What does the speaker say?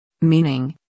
Meaning